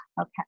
Okay